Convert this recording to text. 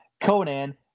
Conan